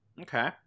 Okay